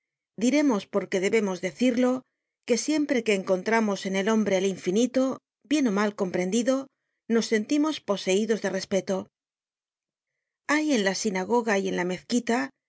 diremos porque debemos decirlo que siempre que encontramos en el hombre el infinito bien ó mal comprendido nos sentimos poseidos de respeto hay en la sinagoga y en la mezquita